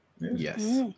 yes